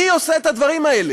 מי עושה את הדברים האלה?